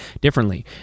differently